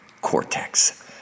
cortex